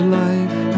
life